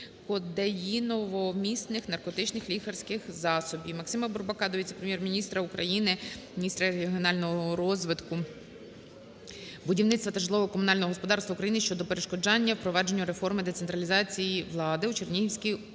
обігукодеїновмісних наркотичних лікарських засобів. МаксимаБурбака до віце-прем'єр-міністра України - міністра регіонального розвитку, будівництва та житлово-комунального господарства України щодо перешкоджання впровадженню реформи децентралізації влади у Чернівецькій області.